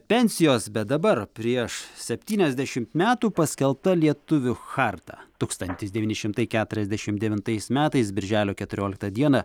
pensijos bet dabar prieš septyniasdešim metų paskelbta lietuvių charta tūkstantis devyni šimtai keturiasdešim devintais metais birželio keturioliktą dieną